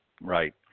Right